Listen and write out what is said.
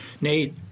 Nate